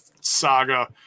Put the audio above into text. saga